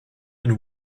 and